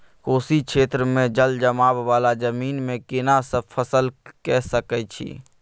कोशी क्षेत्र मे जलजमाव वाला जमीन मे केना सब फसल के सकय छी?